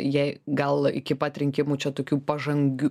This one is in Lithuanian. jei gal iki pat rinkimų čia tokių pažangių